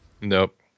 Nope